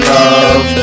love